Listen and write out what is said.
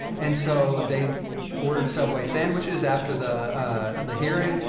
and so they ordered subway sandwiches after the the hearing,